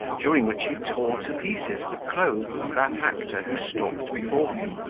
during which he tore to pieces the clothes of that actor who stalked before him,